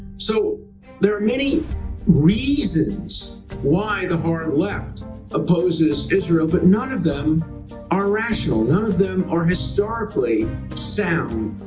so there are many reasons why the hard left opposes israel but none of them are rational. none of them are historically sound.